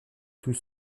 tout